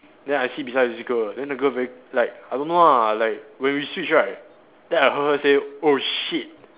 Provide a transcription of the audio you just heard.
then I sit beside this girl then the girl very like I don't know lah like when we switch right then I heard her say oh shit